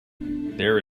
there